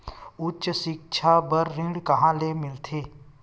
उच्च सिक्छा बर ऋण कहां ले मिलही?